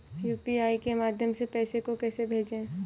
UPI के माध्यम से पैसे को कैसे भेजें?